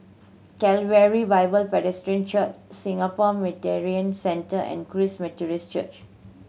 Calvary Bible Presbyterian Church Singapore Mediation Centre and Christ Methodist Church